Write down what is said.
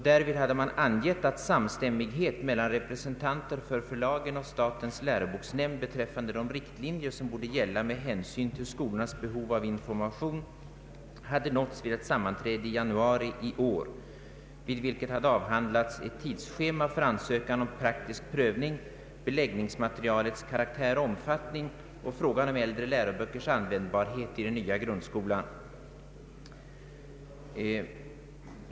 Därvid hade man angett att samstämmighet mellan representanter för förlagen och statens läroboksnämnd beträffande de riktlinjer som borde gälla med hänsyn till skolornas behov av information hade nåtts vid ett sammanträde i januari i år, vid vilket hade avhandlats ett tidsschema för ansökan om praktisk prövning, beläggningsmaterialets karaktär och omfattning samt frågan om äldre läroböckers användbarhet i den nya grundskolan.